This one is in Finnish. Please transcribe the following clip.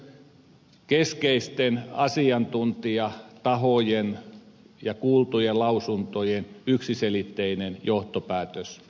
tämä oli myös keskeisten asiantuntijatahojen ja kuultujen lausuntojen yksiselitteinen johtopäätös